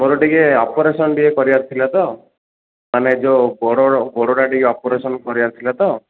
ମୋର ଟିକେ ଅପରେସନ୍ ଟିକେ କରିବାର ଥିଲା ତ ମାନେ ଯେଉଁ ଗୋଡ଼ ଗୋଡ଼ଟା ଟିକେ ଅପରେସନ୍ କରିବାର ଥିଲା ତ